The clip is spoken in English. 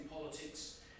politics